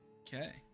Okay